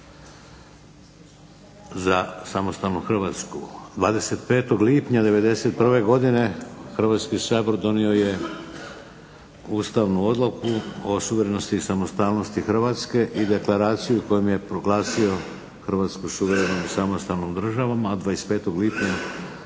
za samostalnu Hrvatsku, 25. lipnja '91. godine Hrvatski sabor donio je ustavnu odluku o suverenosti i samostalnosti Hrvatske i deklaraciju kojom je proglasio Hrvatsku suverenom i samostalnom državom, a 8. listopada